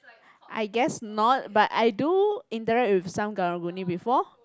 I guess not but I do indirect with some Karang-Guni before